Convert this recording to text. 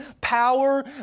power